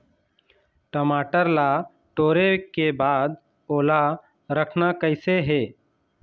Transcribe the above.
टमाटर ला टोरे के बाद ओला रखना कइसे हे?